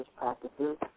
practices